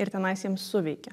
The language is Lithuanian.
ir tenais jiems suveikia